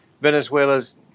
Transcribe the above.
Venezuela's